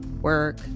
work